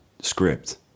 script